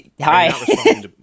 Hi